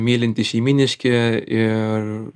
mylintys šeimyniški ir